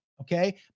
okay